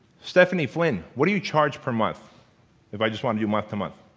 stephanie flynn, what do you charge per month if i just one you month-to-month?